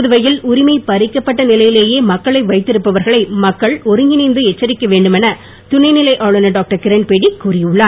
புதுவையில் உரிமை பறிக்கப்பட்ட நிலையிலேயே மக்களை வைத்திருப்பவர்களை மக்கள் ஒருங்கிணைந்து எச்சரிக்க வேண்டும் என துணைநிலை ஆளுநர் டாக்டர் கிரண்பேடி கூறியுள்ளார்